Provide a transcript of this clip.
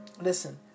Listen